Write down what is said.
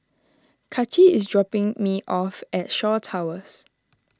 Kaci is dropping me off at Shaw Towers